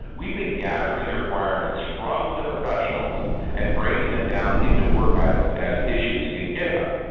we've been gathering their requirements from the professionals and breaking them down into work items as issues in github.